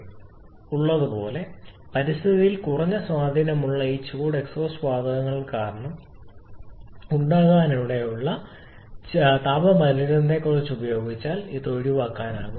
എനിക്ക് ഉള്ളതുപോലെ പരിസ്ഥിതിയിൽ കുറഞ്ഞ സ്വാധീനം ഈ ചൂടുള്ള എക്സ്ഹോസ്റ്റ് വാതകങ്ങൾ കാരണം ഉണ്ടാകാനിടയുള്ള താപ മലിനീകരണത്തെക്കുറിച്ച് സംസാരിച്ചു ചുറ്റുപാടും ഉപയോഗിച്ചതിനാൽ ഇത് ഒഴിവാക്കാം